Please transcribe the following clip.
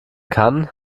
kann